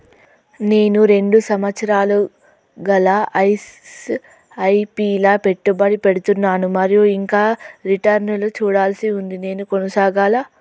నేను రెండు సంవత్సరాలుగా ల ఎస్.ఐ.పి లా పెట్టుబడి పెడుతున్నాను మరియు ఇంకా రిటర్న్ లు చూడాల్సి ఉంది నేను కొనసాగాలా?